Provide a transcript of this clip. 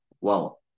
Wow